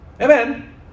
Amen